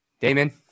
Damon